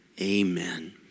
amen